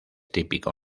típico